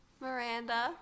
Miranda